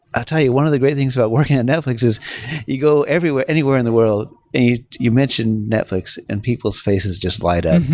i'll tell you, one of the great things about working at netflix is you go anywhere anywhere in the world and you mention netflix and people's faces just light up.